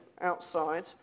outside